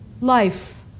Life